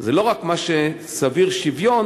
זה לא רק מה שסביר, שוויון,